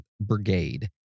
Brigade